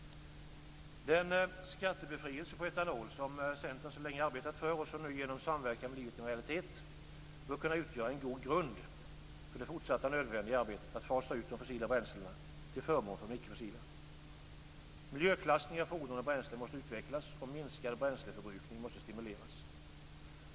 Den skattebefrielse på etanol som Centerpartiet så länge har arbetat för, och som nu genom samverkan har blivit en realitet, bör kunna utgöra en god grund för det fortsatta nödvändiga arbetet att fasa ut de fossila bränslena till förmån för de icke-fossila. Miljöklassning av fordon och bränslen måste utvecklas och minskad bränsleförbrukning måste stimuleras.